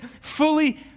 fully